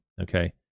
Okay